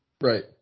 Right